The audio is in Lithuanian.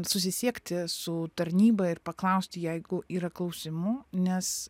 susisiekti su tarnyba ir paklausti jeigu yra klausimų nes